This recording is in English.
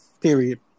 Period